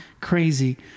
crazy